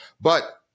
But-